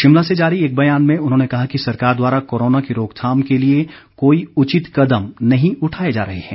शिमला से जारी एक बयान में उन्होंने कहा कि सरकार द्वारा कोरोना की रोकथाम के लिए कोई उचित कदम नहीं उठाए जा रहे हैं